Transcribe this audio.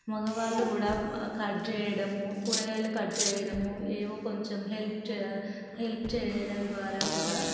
మగవాళ్ళు కూడా కట్ చేయడము కూరగాయలు కట్ చేయడము ఏవో కొంచెం హెల్ప్ హెల్ప్ చేయడం ద్వారా కూడా